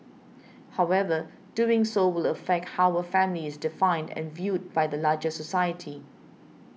however doing so will affect how a family is defined and viewed by the larger society